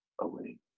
away